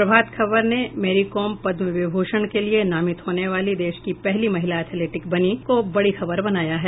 प्रभात खबर ने मेरीकॉम पद्म विभूषण के लिए नामित होने वाली देश की पहली महिला एथलीट बनीं को बड़ी खबर बनाया है